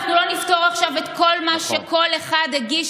אנחנו לא נפתור עכשיו את זה שכל אחד הגיש